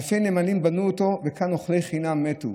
אלפי נמלים בנו אותו וכאן אוכלי חינם מתו.